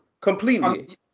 Completely